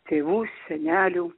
tėvų senelių